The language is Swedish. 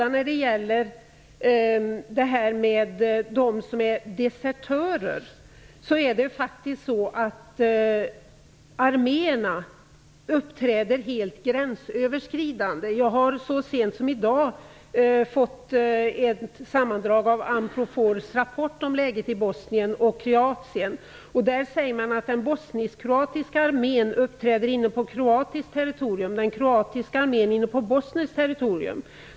När det gäller desertörerna vill jag säga att arméerna faktiskt uppträder gränsöverskridande. Så sent som i dag har jag fått ett sammandrag av Unprofors rapport om läget i Bosnien och Kroatien. I den sägs att den bosnisk-kroatiska armén uppträder inne på Kroatiens territorium och att den kroatiska armén uppträder inne på Bosniens territorium.